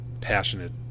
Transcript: passionate